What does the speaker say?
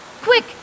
Quick